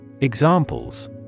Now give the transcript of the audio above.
Examples